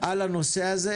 על הנושא הזה.